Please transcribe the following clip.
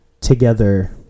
together